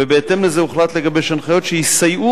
ובהתאם לזה הוחלט לגבש הנחיות שיסייעו